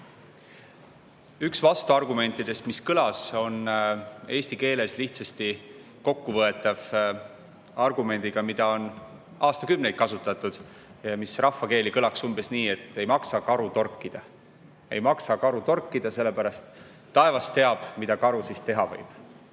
vastuargumentidest, mis kõlas, on eesti keeles lihtsasti kokku võetav argumendiga, mida on aastakümneid kasutatud ja mis rahvakeeli kõlaks umbes nii, et ei maksa karu torkida. Ei maksa karu torkida, sellepärast, et taevas teab, mida karu siis teha võib.